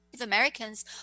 Americans